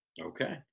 Okay